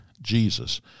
Jesus